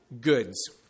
goods